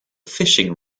fishing